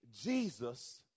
Jesus